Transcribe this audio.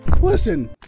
Listen